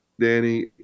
Danny